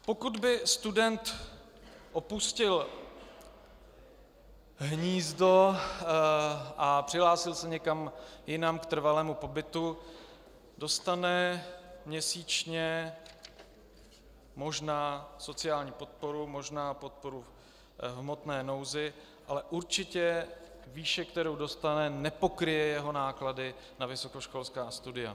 Pokud by student opustil hnízdo a přihlásil se někam jinam k trvalému pobytu, dostane měsíčně možná sociální podporu, možná podporu v hmotné nouzi, ale určitě výše, kterou dostane, nepokryje jeho náklady na vysokoškolská studia.